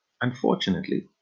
unfortunately